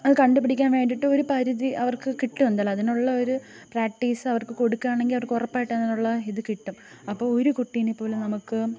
അതു കണ്ടു പിടിക്കാൻ വേണ്ടിയിട്ട് ഒരു പരിധി അവർക്കു കിട്ടും എന്തായാലും അതിനുള്ള ഒരു പ്രാക്ടീസ് അവർക്ക് കൊടുക്കുകയാണെങ്കിൽ അവർക്ക് ഉറപ്പായിട്ടും അതിനുള്ള ഇത് കിട്ടും അപ്പോൾ ഒരു കുട്ടീനെ പോലും നമുക്ക്